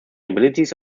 abilities